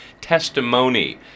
Testimony